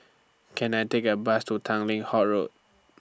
Can I Take A Bus to Tanglin Halt Road